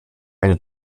eine